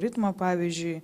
ritmą pavyzdžiui